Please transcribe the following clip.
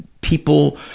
people